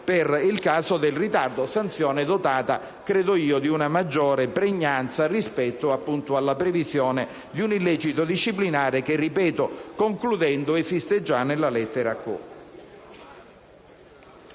per il caso del ritardo, sanzione dotata, credo io, di una maggiore pregnanza rispetto alla previsione di un illecito disciplinare che, ripeto concludendo, esiste già nella lettera